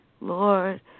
Lord